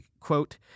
quote